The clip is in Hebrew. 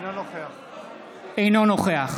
אינו נוכח